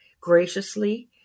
graciously